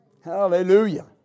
Hallelujah